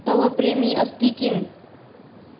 तव प्रेमी अस्ति किम्